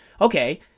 okay